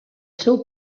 seu